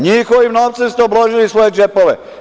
NJihovim novcem ste obložili svoje džepove.